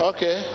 Okay